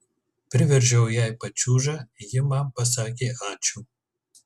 priveržiau jai pačiūžą ji man pasakė ačiū